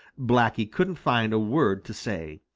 blacky couldn't find a word to say.